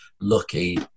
lucky